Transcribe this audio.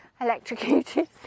electrocuted